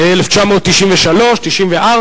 ב-1993, 1994,